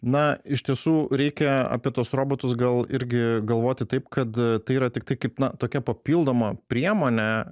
na iš tiesų reikia apie tuos robotus gal irgi galvoti taip kad tai yra tik tai kaip na tokia papildoma priemonė